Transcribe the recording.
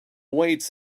weights